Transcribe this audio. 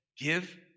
give